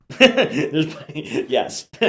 Yes